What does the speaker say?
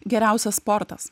geriausias sportas